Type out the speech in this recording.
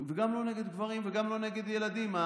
גם לא נגד גברים וגם לא נגד ילדים.